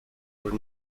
were